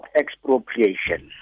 expropriation